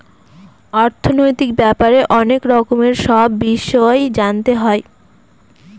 অর্থনৈতিক ব্যাপারে অনেক রকমের সব বিষয় জানতে হয়